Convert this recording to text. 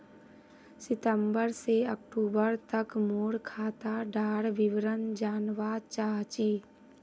सितंबर से अक्टूबर तक मोर खाता डार विवरण जानवा चाहची?